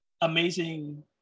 Amazing